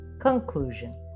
Conclusion